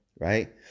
Right